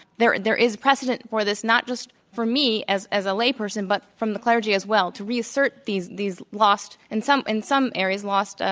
there there is precedent for this not just for me as as a layperson but from the clergy as well, to reassert these these lost and in some areas, lost ah